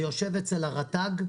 זה יושב אצל רט"ג.